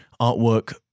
artwork